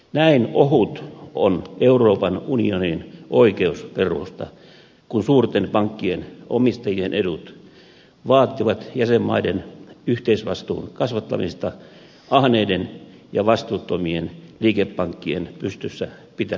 näin ohut on euroopan unionin oikeusperusta kun suurten pankkien omistajien edut vaativat jäsenmaiden yhteisvastuun kasvattamista ahneiden ja vastuuttomien liikepankkien pystyssä pitämiseksi